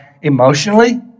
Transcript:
emotionally